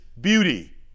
beauty